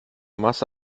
masse